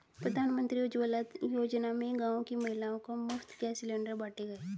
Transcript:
प्रधानमंत्री उज्जवला योजना में गांव की महिलाओं को मुफ्त गैस सिलेंडर बांटे गए